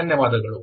ಧನ್ಯವಾದಗಳು